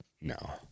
No